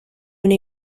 una